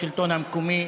השלטון המקומי,